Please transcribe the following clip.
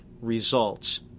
results